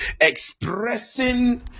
expressing